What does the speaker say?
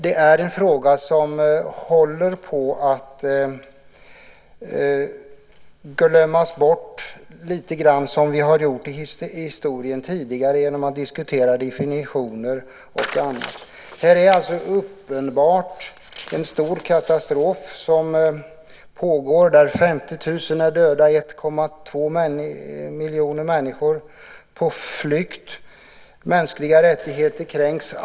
Det är en fråga som håller på att glömmas bort genom att man diskuterar definitioner och annat. Det är uppenbart att det handlar om en stor katastrof. 50 000 människor har dött och 2 miljoner är på flykt. Mänskliga rättigheter kränks.